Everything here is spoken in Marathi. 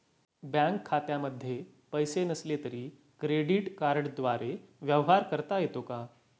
बँक खात्यामध्ये पैसे नसले तरी क्रेडिट कार्डद्वारे व्यवहार करता येतो का?